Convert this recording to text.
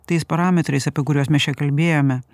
tais parametrais apie kuriuos mes čia kalbėjome